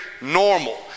normal